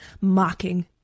mocking